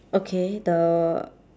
okay the